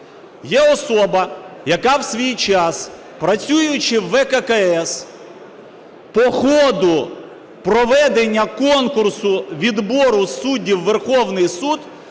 Є особа, яка в свій час, працюючи у ВККС, по ходу проведення конкурсу відбору суддів у Верховний Суд